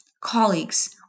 colleagues